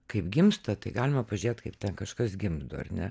kaip gimsta tai galima pažiūrėt kaip ten kažkas gimdo ar ne